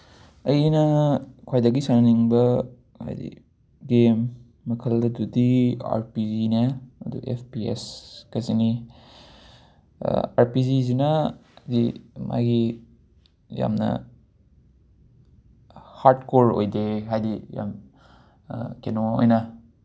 ꯑꯩꯅ ꯈ꯭ꯋꯥꯏꯗꯒꯤ ꯁꯥꯟꯅꯅꯤꯡꯕ ꯍꯥꯏꯗꯤ ꯒꯦꯝ ꯃꯈꯜ ꯑꯗꯨꯗꯤ ꯑꯥꯔ ꯄꯤ ꯖꯤ ꯑꯗꯨ ꯑꯦꯐ ꯄꯤ ꯑꯦꯁꯀꯁꯤꯅꯤ ꯑꯥꯔ ꯄꯤ ꯖꯤꯁꯤꯅ ꯍꯥꯏꯗꯤ ꯃꯥꯒꯤ ꯌꯥꯝꯅ ꯍꯥꯔꯠꯀꯣꯔ ꯑꯣꯏꯗꯦ ꯍꯥꯏꯗꯤ ꯌꯥꯝ ꯀꯩꯅꯣ ꯑꯣꯏꯅ